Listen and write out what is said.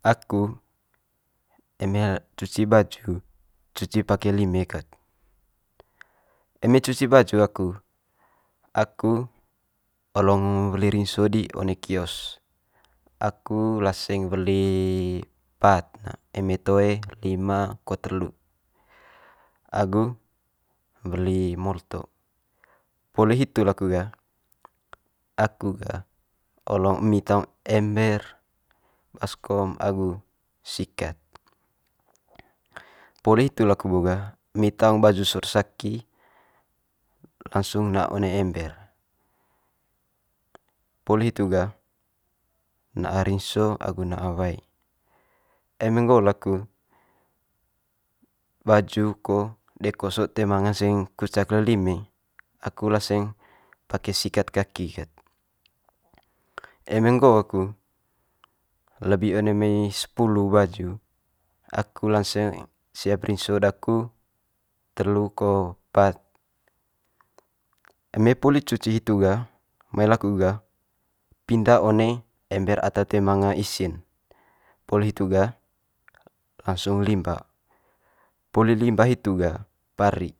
Aku eme cuci baju cuci pake lime ket. Eme cuci baju aku olo ngo weli rinso di one kios aku laseng weli pat ne eme toe lima ko telu agu weli molto. Poli hitu laku ga olong emi taung ember baskom agu sikat. Poli hitu laku bo ga emi taong baju sot saki langsung na one ember, poli hitu gah na'a rinso agu na'a wae. Eme nggo laku baju ko deko sot toe ma nganseng kucak le lime aku laseng pake sikat kaki ket. eme nggo aku lebi one mai sepulu baju aku laseng siap rinso daku telu ko pat. Eme poli cuci hitu ga, mai laku ga pinda one ember ata toe manga isi'n poli hitu gah langsung limba. Poli limba hitu ga pari,